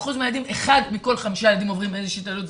אחד מכל חמישה ילדים עוברים איזושהי התעללות.